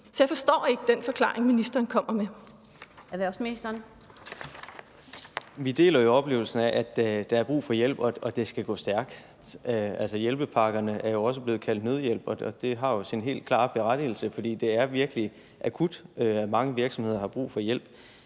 (Annette Lind): Erhvervsministeren. Kl. 16:01 Erhvervsministeren (Simon Kollerup): Vi deler jo oplevelsen af, at der er brug for hjælp, og at det skal gå stærkt. Hjælpepakkerne er også blevet kaldt nødhjælp, og det har jo en helt klar berettigelse, for det er virkelig akut, at mange virksomheder har brug for hjælp.